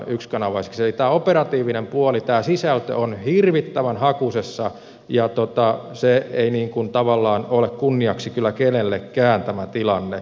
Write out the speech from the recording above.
eli tämä operatiivinen puoli tämä sisältö on hirvittävän hakusessa ja tämä tilanne ei tavallaan ole kunniaksi kyllä kenellekään